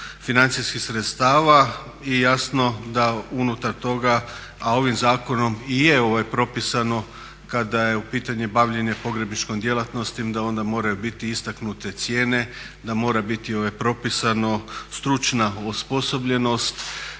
financijskih sredstava i jasno da unutar toga, a ovim zakonom i je propisano kada je u pitanju bavljenje pogrebničkom djelatnosti da onda moraju biti istaknute cijene, da mora biti propisana stručna osposobljenost,